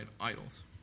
idols